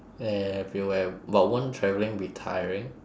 everywhere but won't travelling be tiring